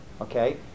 Okay